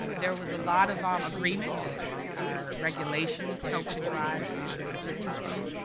um there was a lot of um agreement that our regulations helped to drive consistency,